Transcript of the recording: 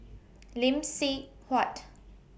Lee Seng Huat